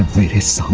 meet his